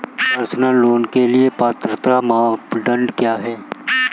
Personal loan के लिए पात्रता मानदंड क्या हैं?